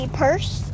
purse